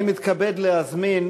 אני מתכבד להזמין